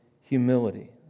humility